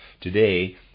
Today